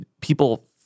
people